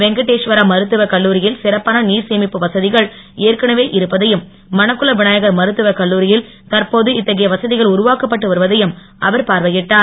வெங்கடேஸ்வரா மருத்துவக் கல்லூரியில் சிறப்பான நீர் சேமிப்பு வசதிகள் ஏற்கனவே இருப்பதையும் மணக்குள விநாயகர் மருத்துவக் கல்லூரியில் தற்போது இத்தகைய வசதிகள் உருவாக்கப்பட்டு வருவதையும் அவர் பார்வையிட்டார்